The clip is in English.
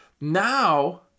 now